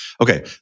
Okay